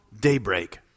daybreak